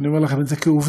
אני אומר לכם את זה כעובדה,